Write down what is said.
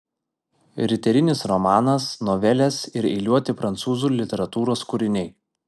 riterinis romanas novelės ir eiliuoti prancūzų literatūros kūriniai